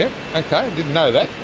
yeah i kind of didn't know that.